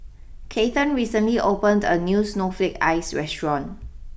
Kathern recently opened a new Snowflake Ice restaurant